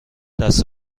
دست